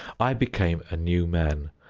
i became a new man,